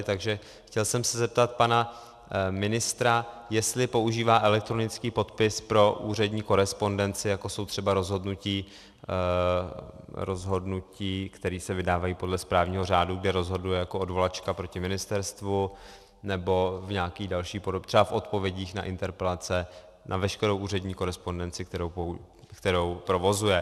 Takže chtěl jsem se zeptat pana ministra, jestli používá elektronický podpis pro úřední korespondenci, jako jsou třeba rozhodnutí, která se vydávají podle správního řádu, kdy rozhoduje jako odvolačka proti ministerstvu, nebo v nějaké další podobě, třeba v odpovědích na interpelace, na veškerou úřední korespondenci, kterou provozuje.